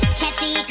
catchy